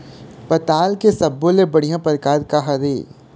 पताल के सब्बो ले बढ़िया परकार काहर ए?